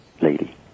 lady